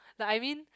like I mean